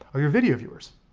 are your video viewers.